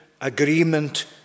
agreement